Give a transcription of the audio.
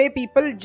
people